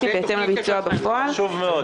אבל יש כאלה שחושבים אחרת.